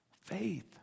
Faith